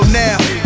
now